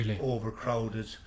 overcrowded